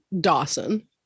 Dawson